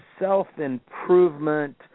self-improvement